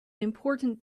important